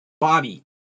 Bobby